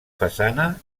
façana